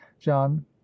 John